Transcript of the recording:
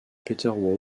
peter